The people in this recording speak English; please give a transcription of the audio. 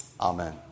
Amen